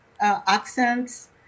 accents